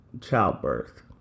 childbirth